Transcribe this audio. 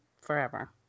forever